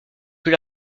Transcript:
plus